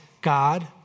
God